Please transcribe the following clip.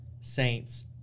Saints